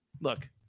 Look